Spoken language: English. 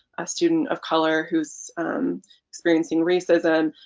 a student of color who's experiencing racism.